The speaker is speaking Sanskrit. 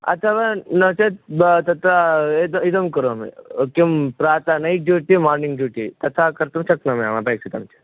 अथवा न चेत् तत्र एतत् इदं करोमि किं प्रातः नैट् ड्यूटि मार्निङ्ग् ड्यूटि तथा कर्तुं शक्नोमि अहमपेक्षितं चेत्